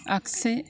आगसि